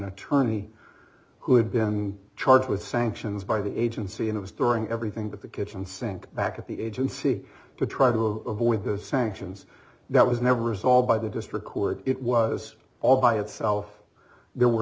attorney who had been charged with sanctions by the agency and was throwing everything but the kitchen sink back at the agency to try to avoid those sanctions that was never resolved by the district court it was all by itself there were